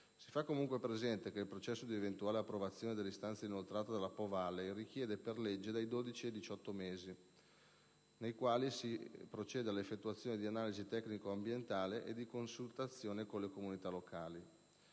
Si fa, comunque, presente che il processo di eventuale approvazione dell'istanza inoltrata dalla Po Valley richiede, per legge, dai 12 ai 18 mesi per l'effettuazione di analisi tecnico-ambientali e di consultazione con le comunità locali.